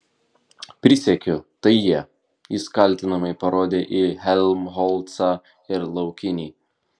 prisiekiu tai jie jis kaltinamai parodė į helmholcą ir laukinį